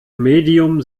medium